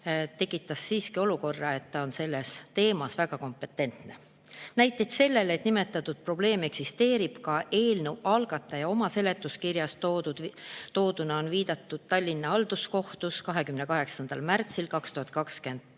tekitasid [arusaama], et ta on selles teemas väga kompetentne. Näitena sellest, et nimetatud probleem eksisteerib, on eelnõu algataja oma seletuskirjas tooduna viidanud Tallinna Halduskohtu 28. märtsi 2022.